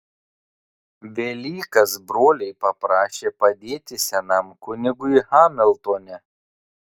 velykas broliai paprašė padėti senam kunigui hamiltone